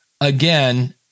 again